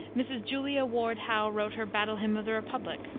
mrs. julia ward howe wrote her battle hymn of the republic,